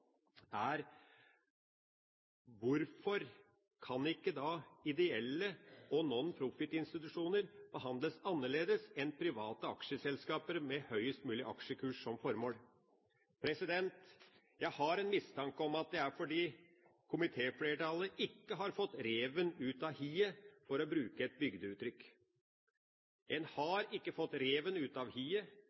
Hvorfor kan ikke da ideelle og nonprofitinstitusjoner behandles annerledes enn private aksjeselskaper med høyest mulig aksjekurs som formål? Jeg har en mistanke om at det er fordi komitéflertallet ikke har fått reven ut av hiet, for å bruke et bygdeuttrykk. En har ikke fått reven ut av hiet.